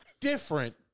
Different